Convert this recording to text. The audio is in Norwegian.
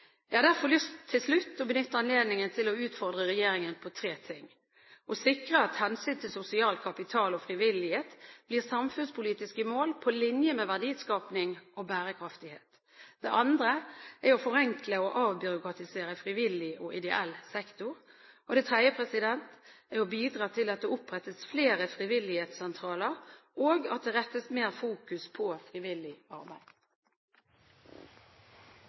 Jeg har derfor til slutt lyst til å benytte anledningen til å utfordre regjeringen på tre ting: sikre at hensyn til sosial kapital og frivillighet blir samfunnspolitiske mål på linje med verdiskaping og bærekraftighet forenkle og avbyråkratisere frivillig og ideell sektor bidra til at det opprettes flere frivillighetssentraler og at det fokuseres mer på frivillig arbeid